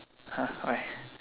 !huh! why